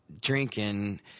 drinking